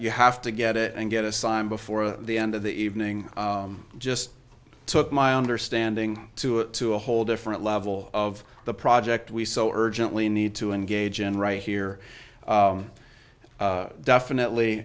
you have to get it and get assigned before the end of the evening just took my understanding to it to a whole different level of the project we so urgently need to engage in right here definitely